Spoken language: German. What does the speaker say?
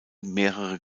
mehrere